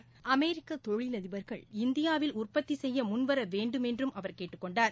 ப்பு அமெரிக்கதொழிலதிபர்கள் இந்தியாவில் உற்பத்திசெய்யமுன்வரவேண்டுமென்றும் அவர் கேட்டுக் கொண்டார்